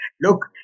look